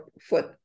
foot